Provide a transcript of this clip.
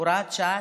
הוראת שעה,